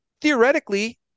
theoretically